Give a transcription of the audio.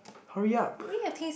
hurry up